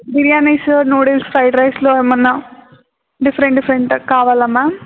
biryanis noodles fried రైస్లో ఏమన్నా different different కావాలా మా్యామ్